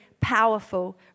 powerful